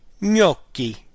Gnocchi